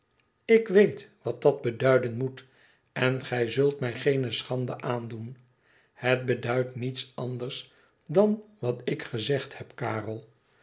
ik weet wat dat beduiden moet en gij zult mij geene schande aandoen f het beduidt niets anders dan wat ik gezegd heb karel